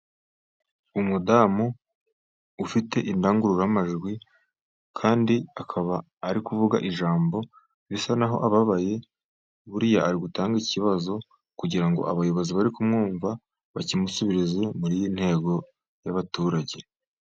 Umudamu ufite indangururamajwi kandi akaba ari kuvuga ijambo. Bisa n'aho ababaye. Buriya ari gutanga ikibazo, kugira ngo abayobozi bari kumwumva bakimusubirize, muri iyi ntego y'abaturage.